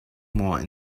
more